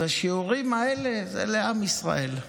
אז השיעורים האלה, זה לעם ישראל.